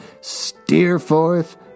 steerforth